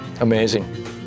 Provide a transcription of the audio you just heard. Amazing